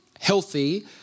healthy